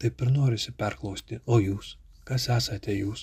taip ir norisi perklausti o jūs kas esate jūs